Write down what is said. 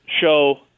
show